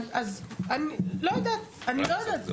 אז אני לא יודעת,